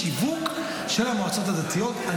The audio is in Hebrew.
בשיווק של המועצות הדתיות.